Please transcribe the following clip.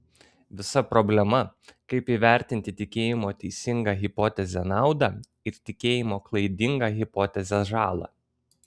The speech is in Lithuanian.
visa problema kaip įvertinti tikėjimo teisinga hipoteze naudą ir tikėjimo klaidinga hipoteze žalą